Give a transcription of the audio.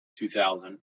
2000